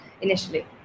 initially